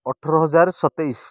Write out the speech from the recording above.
ଅଠର ହଜାର ସତେଇଶି